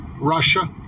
Russia